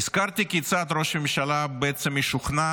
נזכרתי כיצד ראש הממשלה בעצם משוכנע